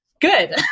Good